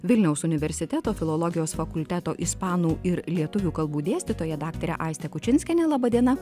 vilniaus universiteto filologijos fakulteto ispanų ir lietuvių kalbų dėstytoja daktare aiste kučinskiene laba diena